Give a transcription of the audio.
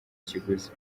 ikiguzi